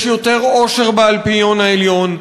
יש יותר עושר באלפיון העליון,